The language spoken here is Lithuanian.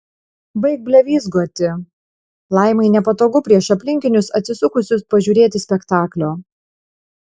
baik blevyzgoti laimai nepatogu prieš aplinkinius atsisukusius pažiūrėti spektaklio